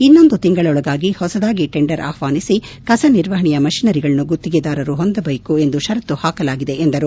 ಇನ್ನೊಂದು ತಿಂಗಳೊಳಗಾಗಿ ಹೊಸದಾಗಿ ಟೆಂಡರ್ ಆಹ್ವಾನಿಸಿ ಕಸ ನಿರ್ವಹಣೆಯ ಮಷಿನರಿಗಳನ್ನು ಗುತ್ತಿಗೆದಾರರು ಹೊಂದಿರಬೇಕು ಎಂದು ಷರತ್ತು ಹಾಕಲಾಗಿದೆ ಎಂದರು